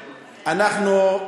אנחנו,